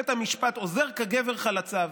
בית המשפט אוזר כגבר חלציו.